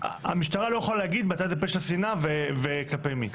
המשטרה לא יכולה להגיד מתי זה פשע שנאה וכלפי מי,